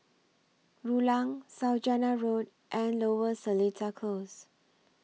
Rulang Saujana Road and Lower Seletar Close